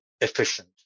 efficient